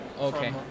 Okay